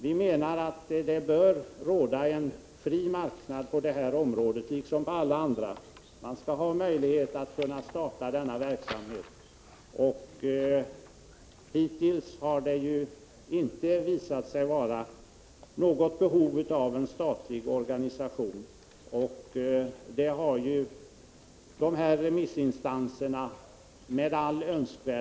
Vi menar att det bör råda en fri marknad på detta område liksom på alla andra områden. Man skall ha möjlighet att starta den här typen av verksamhet. Hittills har det inte visat sig finnas något behov av en statlig organisation. Remissinstanserna har med all önskvärd tydlighet framfört den uppfattningen.